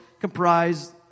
comprise